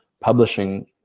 publishing